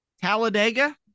Talladega